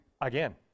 Again